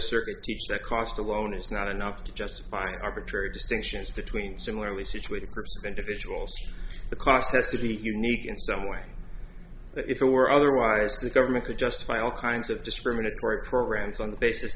certainty that cost alone is not enough to justify an arbitrary distinctions between similarly situated individuals the cost has to be unique in some way if it were otherwise the government could justify all kinds of discriminatory programs on the basis